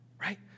right